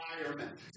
environment